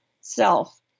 self